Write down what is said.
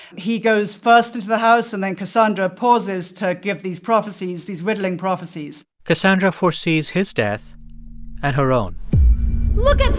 he goes first into the house, and then cassandra pauses to give these prophecies, these riddling prophecies cassandra foresees his death and her own look at